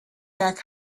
back